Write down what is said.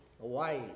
Hawaii